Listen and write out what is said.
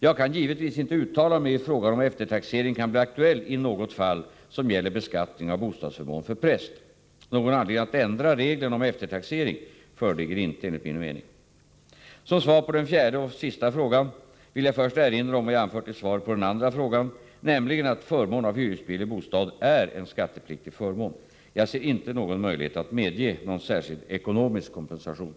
Jag kan givetvis inte uttala mig i frågan om eftertaxering kan bli aktuell i något fall som gäller beskattning av bostadsförmån för präst. Någon anledning att ändra reglerna om eftertaxering föreligger inte enligt min mening. Som svar på den fjärde och sista frågan vill jag först erinra om vad jag anfört i svaret på den andra frågan, nämligen att förmån av hyresbillig bostad är en skattepliktig förmån. Jag ser inte någon möjlighet att medge någon särskild ekonomisk kompensation.